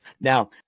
Now